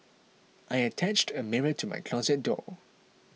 I attached a mirror to my closet door